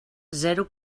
zero